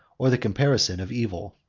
or the comparison, of evil.